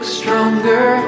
stronger